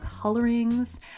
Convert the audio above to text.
colorings